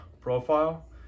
profile